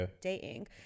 dating